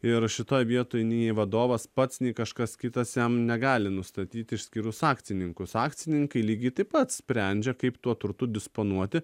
ir šitoj vietoj nei vadovas pats nei kažkas kitas jam negali nustatyti išskyrus akcininkus akcininkai lygiai taip pat sprendžia kaip tuo turtu disponuoti